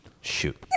Shoot